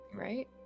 Right